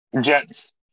Jets